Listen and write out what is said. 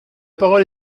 parole